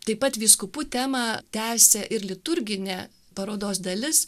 taip pat vyskupų temą tęsia ir liturginė parodos dalis